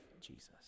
Jesus